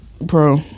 Bro